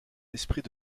esprit